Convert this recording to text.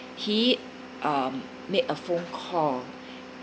he um make a phone call